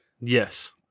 yes